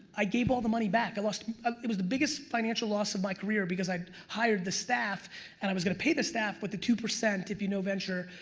i gave all the money back. i lost it was the biggest financial loss of my career because i hired the staff and i was gonna pay the staff with the two, if you know venture,